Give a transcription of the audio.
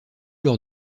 lors